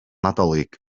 nadolig